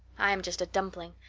i am just a dumpling.